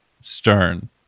Stern